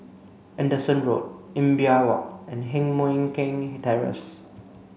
Anderson Road Imbiah Walk and Heng Mui Keng Terrace